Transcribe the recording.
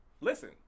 Listen